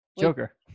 Joker